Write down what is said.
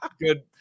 good